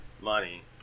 Money